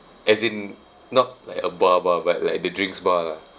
as in not like a bar bar but like a drinks bar lah